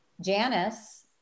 Janice